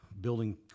building